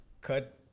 cut